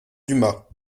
dumas